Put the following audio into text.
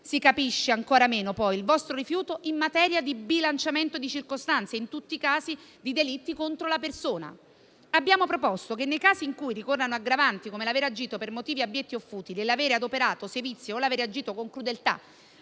Si capisce ancora meno, poi, il vostro rifiuto in materia di bilanciamento di circostanze in tutti i casi di delitti contro la persona. Abbiamo proposto che nei casi in cui ricorrano aggravanti, come l'aver agito per motivi abietti o futili, l'aver adoperato sevizie o l'aver agito con crudeltà